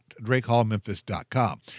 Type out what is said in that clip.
drakehallmemphis.com